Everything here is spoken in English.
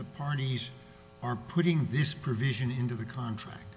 the parties are putting this provision into the contract